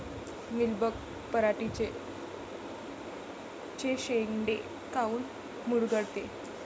Mealybug पराटीचे चे शेंडे काऊन मुरगळते?